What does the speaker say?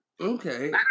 Okay